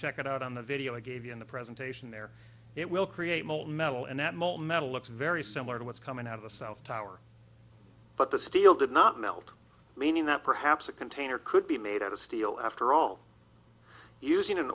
check it out on the video i gave you in the presentation there it will create molten metal and that molten metal looks very similar to what's coming out of the south tower but the steel did not melt meaning that perhaps a container could be made out of steel after all using an